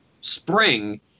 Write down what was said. Spring